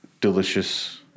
delicious